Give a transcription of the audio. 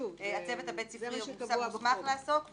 הבית ספרי מוסמך לעסוק,